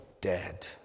dead